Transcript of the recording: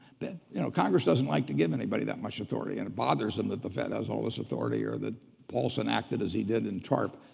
but you know congress doesn't like to give anybody that much authority, and it bothers them that the fed has all this authority, or that paulson acted as he did in tarp.